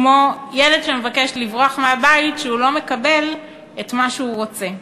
כמו ילד שמבקש לברוח מהבית כשהוא לא מקבל את מה שהוא רוצה.